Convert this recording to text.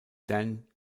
dan